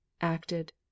acted